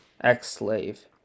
ex-slave